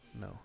no